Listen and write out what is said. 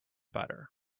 butter